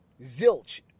zilch